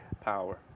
Power